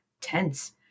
Tense